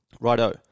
Righto